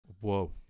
Whoa